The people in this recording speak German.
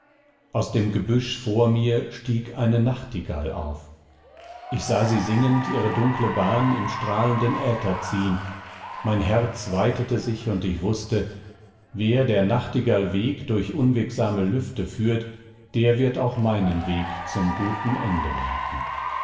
aus dem gebüsch vor mir stieg eine nachtigall auf ich sah sie singend ihre dunkle bahn im strahlenden äther ziehn mein herz weitete sich und ich wußte wer der nachtigall weg durch unwegsame lüfte führt der wird auch meinen weg zum guten ende leiten